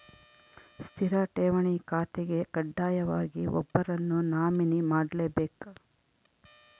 ಸ್ಥಿರ ಠೇವಣಿ ಖಾತೆಗೆ ಕಡ್ಡಾಯವಾಗಿ ಒಬ್ಬರನ್ನು ನಾಮಿನಿ ಮಾಡ್ಲೆಬೇಕ್